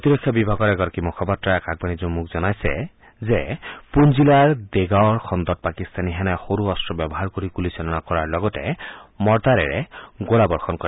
প্ৰতিৰক্ষা বিভাগৰ এগৰাকী মুখপাত্ৰই আকাশবাণী জম্মুক জনাইছে যে পুঞ্চ জিলাৰ দেগৱাৰ খণ্ডত পাকিস্তানী সেনাই সৰু অস্ত্ৰ ব্যৱহাৰ কৰি গুলীচালনা কৰাৰ লগতে মৰ্টাৰেৰে গোলাবৰ্ষণ কৰে